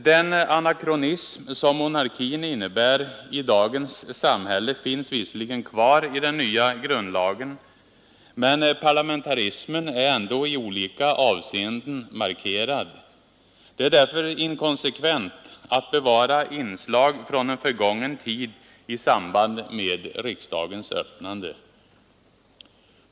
Den anakronism som monarkin innebär i dagens samhälle finns visserligen kvar i den nya grundlagen, men parlamentarismen är ändå i olika avseenden markerad. Det är därför inkonsekvent att bevara inslag från en förgången tid i samband med riksdagens öppnande.